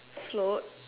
float